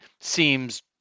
seems